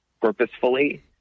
purposefully